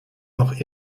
noch